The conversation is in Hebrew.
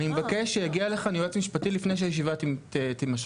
אני מבקש שיגיע לכאן יועץ משפטי לפני שהישיבה תימשך.